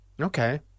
Okay